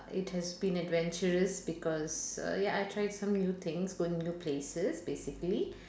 it has been adventurous because uh ya I tried some new things going to new places basically